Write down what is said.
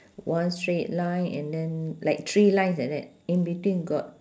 one straight line and then like three lines like that in between got